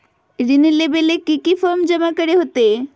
ऋण लेबे ले की की फॉर्म जमा करे होते?